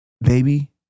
baby